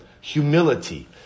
Humility